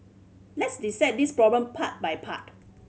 let's dissect this problem part by part